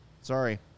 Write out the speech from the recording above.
Sorry